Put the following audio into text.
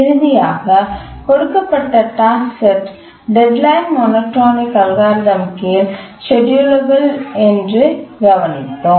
இறுதியாக கொடுக்கப்பட்ட task set deadline monotonic அல்காரிதமின் கீழ் ஷெட்யூலெபல் என்று கவனித்தோம்